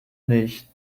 nicht